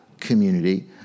community